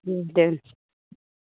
दोन